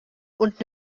und